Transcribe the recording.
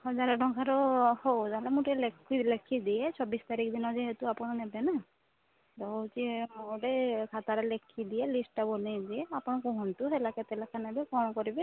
ହଜାରେ ଟଙ୍କାର ହଉ ତା'ହେଲେ ମୁଁ ଟିକେ ଲେଖି ଲେଖିଦିଏ ଛବିଶ ତାରିଖ ଦିନ ଯେହେତୁ ଆପଣ ନେବେ ନାଁ ତ ହେଉଛି ମୁଁ ଗୋଟେ ଖାତାରେ ଲେଖିଦିଏ ଲିଷ୍ଟଟା ବନାଇ ଦିଏ ଆପଣ କୁହନ୍ତୁ ହେଲା କେତେ ଲେଖାଁ ନେବେ କ'ଣ କରିବେ